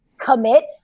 commit